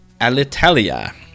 Alitalia